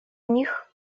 них